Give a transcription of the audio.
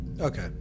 Okay